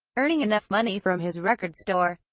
earning enough money from his record store,